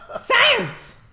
Science